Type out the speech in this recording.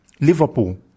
Liverpool